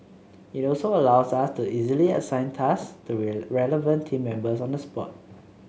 it also allows us to easily assign tasks to relevant team members on the spot